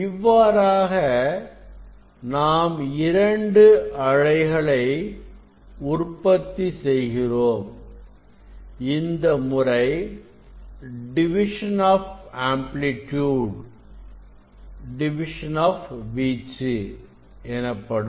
இவ்வாறாக நாம் இரண்டு அலைகளை உற்பத்தி செய்கிறோம் இந்த முறை டிவிஷன் ஆஃப் வீச்சு எனப்படும்